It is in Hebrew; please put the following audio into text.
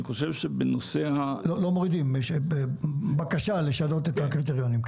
לא מורידים; יש בקשה לשנות את הקריטריונים.